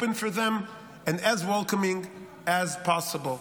for them and as welcoming as possible.